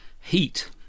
heat